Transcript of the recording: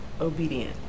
obedient